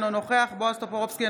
אינו נוכח בועז טופורובסקי,